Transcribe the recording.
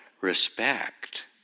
respect